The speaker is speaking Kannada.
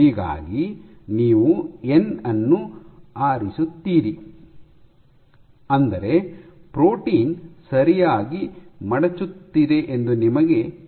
ಹೀಗಾಗಿ ನೀವು ಎನ್ ಅನ್ನು ಆರಿಸುತ್ತೀರಿ ಅಂದರೆ ಪ್ರೋಟೀನ್ ಸರಿಯಾಗಿ ಮಡಚುತ್ತಿದೆ ಎಂದು ನಿಮಗೆ ತಿಳಿದಿರುತ್ತದೆ